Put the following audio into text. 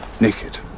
Naked